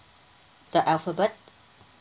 the alphabet